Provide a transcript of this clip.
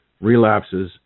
relapses